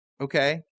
Okay